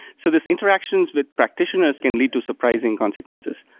so these interactions with practitioners can lead to surprising consequences.